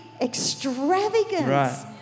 extravagance